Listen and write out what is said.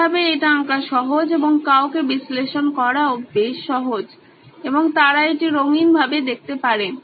এভাবে এটা আঁকা সহজ এবং কাউকে বিশ্লেষণ করাও বেশ সহজ এবং তারা এটি রঙিনভাবে দেখতে পারে